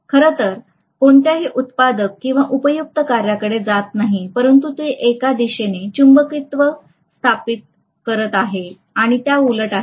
तर ते खरोखर कोणत्याही उत्पादक किंवा उपयुक्त कार्याकडे जात नाही परंतु ते एका दिशेने चुंबकत्व स्थापित करत आहे आणि त्याउलट आहे